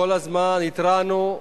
כל הזמן התרענו,